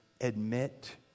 admit